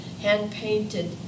hand-painted